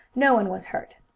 no one was hurt.